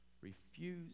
Refuse